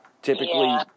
Typically